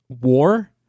war